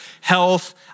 health